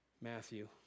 Matthew